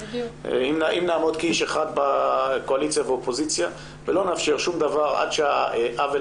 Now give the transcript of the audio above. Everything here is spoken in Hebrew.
אם נעמוד כאיש אחד בקואליציה ואופוזיציה ולא נאפשר שום דבר עד שהעוול